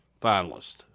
finalist